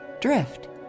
DRIFT